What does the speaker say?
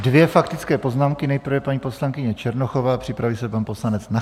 Dvě faktické poznámky, nejprve paní poslankyně Černochová, připraví se pan poslanec Nacher.